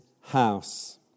house